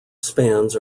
spans